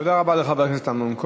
תודה רבה לחבר הכנסת אמנון כהן.